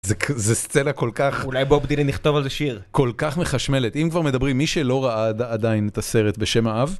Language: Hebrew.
זה סצנה כל כך... אולי בוב דילן יכתוב על זה שיר. כל כך מחשמלת, אם כבר מדברים, מי שלא ראה עדיין את הסרט "בשם האב"